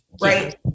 right